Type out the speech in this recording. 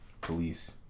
police